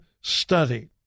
study